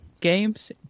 games